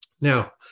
Now